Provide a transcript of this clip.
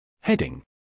Heading